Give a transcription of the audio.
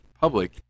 public